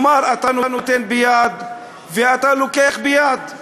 כלומר, אתה נותן ביד ואתה לוקח ביד,